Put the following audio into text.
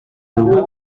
down